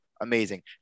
Amazing